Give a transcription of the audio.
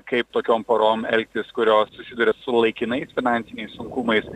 kaip tokiom porom elgtis kurios susiduria su laikinais finansiniais sunkumais